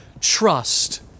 trust